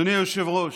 אדוני היושב-ראש,